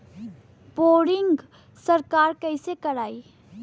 Boring सरकार कईसे करायी?